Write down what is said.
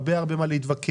הרבה מה להתווכח,